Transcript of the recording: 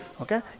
Okay